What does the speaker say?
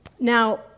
Now